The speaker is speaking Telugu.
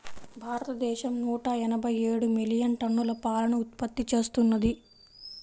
భారతదేశం నూట ఎనభై ఏడు మిలియన్ టన్నుల పాలను ఉత్పత్తి చేస్తున్నది